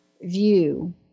view